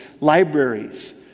libraries